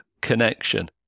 connection